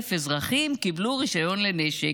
100,000 אזרחים קיבלו רישיון לנשק.